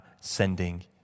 sending